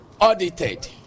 audited